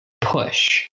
push